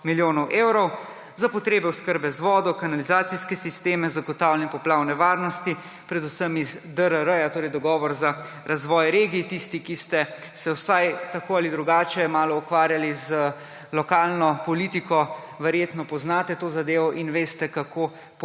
milijonov evrov, za potrebe oskrbe z vodo, kanalizacijske sisteme, zagotavljanje poplavne varnosti, predvsem iz DRR, torej dogovora za razvoj regij. Tisti, ki ste se tako ali drugače vsaj malo ukvarjali z lokalno politiko, verjetno poznate to zadevo in veste, kako